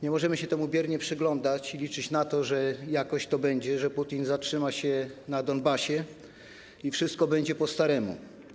Nie możemy się temu biernie przyglądać i liczyć na to, że jakoś to będzie, że Putin zatrzyma się na Donbasie i wszystko będzie po staremu.